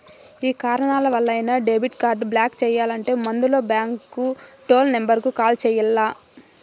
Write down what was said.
yeah కారణాలవల్లైనా debit card block చెయ్యాలంటే ముందల బాంకు టోల్ నెంబరుకు కాల్ చెయ్యాల్ల